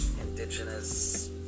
indigenous